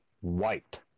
white